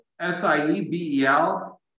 S-I-E-B-E-L